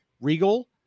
Regal